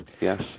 yes